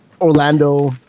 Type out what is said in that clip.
Orlando